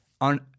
on